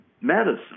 medicine